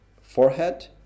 forehead